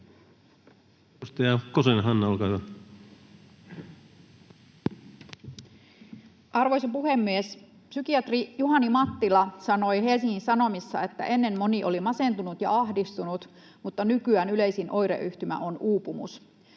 Arvoisa puhemies! Psykiatri Juhani Mattila sanoi Helsingin Sanomissa, että ennen moni oli masentunut ja ahdistunut, mutta nykyään yleisin oireyhtymä on uupumus.